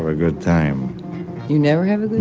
ah good time you never have a good